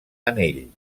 anell